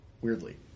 weirdly